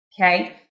okay